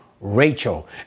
Rachel